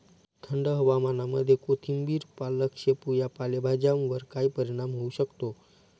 थंड हवामानामध्ये कोथिंबिर, पालक, शेपू या पालेभाज्यांवर काय परिणाम होऊ शकतो?